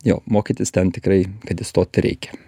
jo mokytis ten tikrai kad įstoti reikia